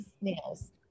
nails